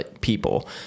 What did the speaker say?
people